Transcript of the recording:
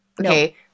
Okay